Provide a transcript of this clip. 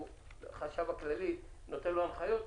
שהחשב הכללי נותן לו הנחיות,